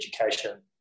education